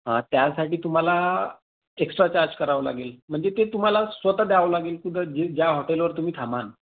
हा त्यासाठी तुम्हाला एक्स्ट्रा चार्ज करावं लागेल म्हणजे ते तुम्हाला स्वत द्यावं लागेल कुठं जे ज्या हॉटेलवर तुम्ही थांबान